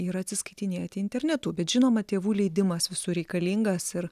ir atsiskaitinėti internetu bet žinoma tėvų leidimas visur reikalingas ir